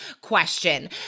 question